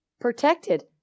Protected